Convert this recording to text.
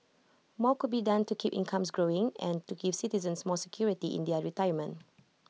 more could be done to keep incomes growing and to give citizens more security in their retirement